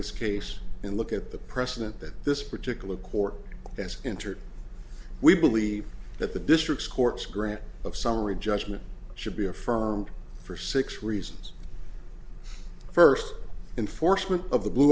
this case and look at the precedent that this particular court as entered we believe that the district courts grant of summary judgment should be affirmed for six reasons first enforcement of the blue